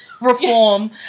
reform